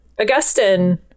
Augustine